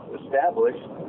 established